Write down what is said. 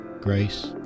grace